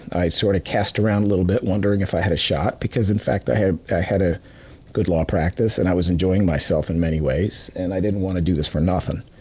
i sort of cast around a little bit wondering if i had a shot, because in fact i had i had a good law practice and i was enjoying myself in many ways, and i didn't want to do this for nothing.